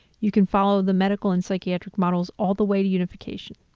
you can follow the medical and psychiatric models all the way to unification.